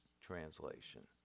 Translation